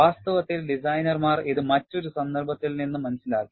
വാസ്തവത്തിൽ ഡിസൈനർമാർ ഇത് മറ്റൊരു സന്ദർഭത്തിൽ നിന്ന് മനസ്സിലാക്കി